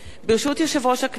ברשות יושב-ראש הכנסת,